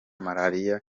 malariya